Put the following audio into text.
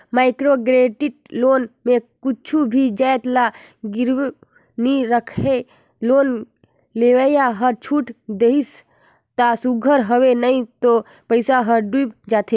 micro credit loan में कुछु भी जाएत ल गिरवी नी राखय लोन लेवइया हर छूट देहिस ता सुग्घर हवे नई तो पइसा हर बुइड़ जाथे